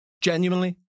Genuinely